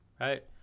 right